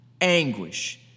anguish